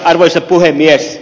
arvoisa puhemies